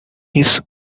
his